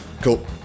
Cool